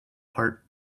part